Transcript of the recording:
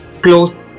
close